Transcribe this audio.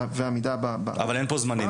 ועמידה --- אבל אין פה זמנים?